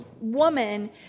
woman